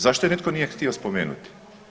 Zašto je nitko nije htio spomenuti?